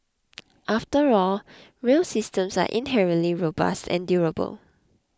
after all rail systems are inherently robust and durable